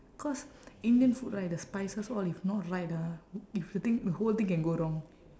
cause indian food right the spices all if not right ah if the thing the whole thing can go wrong